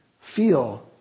feel